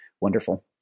wonderful